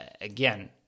again